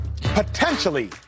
potentially